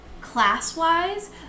class-wise